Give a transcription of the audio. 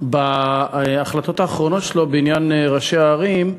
בהחלטות האחרונות שלו בעניין ראשי הערים,